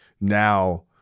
now